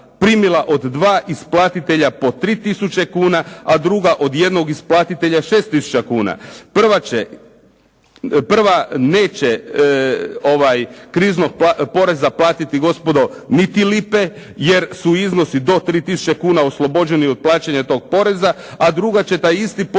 primila od dva isplatitelja po 3 tisuća kuna a druga od jednog isplatitelja 6 tisuća kuna. Prva neće kriznog poreza platiti gospodo niti lipe jer su iznosi do 3000 kuna oslobođeni od plaćanja tog poreza a druga će taj isti porez